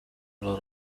lot